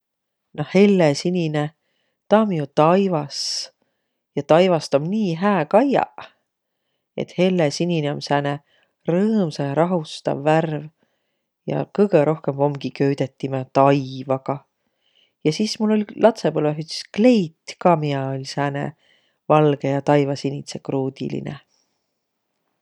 No hellesinine, taa om jo taivas. Ja taivast om nii hää kaiaq. Hellesinine om sääne rõõmsa ja rahustav värv ja kõgõ rohkõmb omgi timä köüdet taivagaq. Ja sis mul oll' latsõpõlvõh üts kleit ka sääne, miä oll' sääne valgõ- ja taivasinidsekruudilinõ.